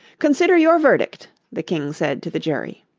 consider your verdict the king said to the jury.